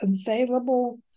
available